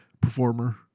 performer